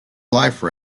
life